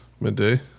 Midday